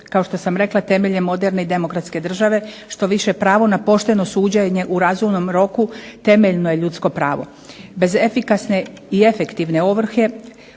kao što sam rekla temeljem moderne i demokratske države, što više pravo na pošteno suđenje u razvojnom roku temeljno je ljudsko pravo. Bez efikasne i efektivne ovrhe